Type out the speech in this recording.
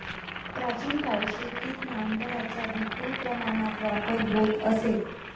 प्राचीन काळी शेतीत नांगरांचा विपुल प्रमाणात वापर होत असे